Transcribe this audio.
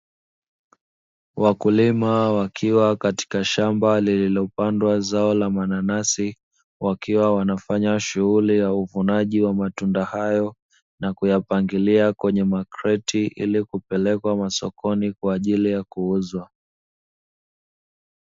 Wakulima wakiwa katika shamba lililopandwa zao la mananasi, wakiwa wanafanya shughuli ya uvunaji wa matunda hayo na kuyapangilia kwenye makreti ili kupelekwa masokoni kwaajili ya kuuzwa.